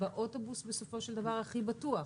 באוטובוס בסופו של דבר הכי בטוח,